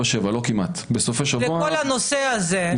התברר לי היום שיש מוקד שעובד כמעט 24/7 בכל הנושא הזה,